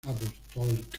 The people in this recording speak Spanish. apostólica